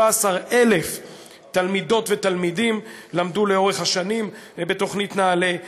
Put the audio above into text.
17,000 תלמידות ותלמידים למדו לאורך השנים בתוכנית נעל"ה.